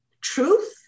truth